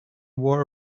wore